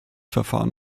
verfahren